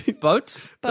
Boats